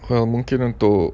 well mungkin untuk